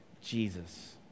Jesus